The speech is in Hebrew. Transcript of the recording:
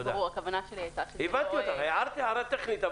הערת הערה טכנית,